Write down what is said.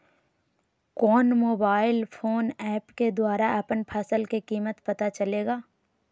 कौन mobile phone app के द्वारा अपन फसल के कीमत पता चलेगा?